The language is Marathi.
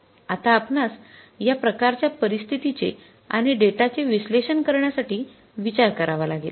आता आपणास या प्रकारच्या परिस्थितीचे आणि डेटाचे विश्लेषण करण्यासाठी विचार करावा लागेल